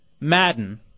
Madden